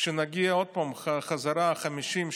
כשנגיע עוד פעם חזרה ל-50,000,